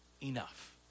enough